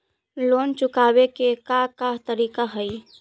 Loan चुकावे के का का तरीका हई?